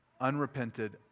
unrepented